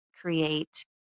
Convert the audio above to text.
create